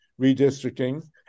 redistricting